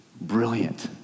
Brilliant